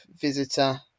visitor